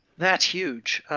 that's huge.